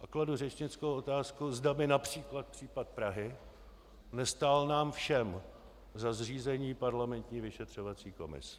A kladu řečnickou otázku, zda by například případ Prahy nestál nám všem za zřízení parlamentní vyšetřovací komise.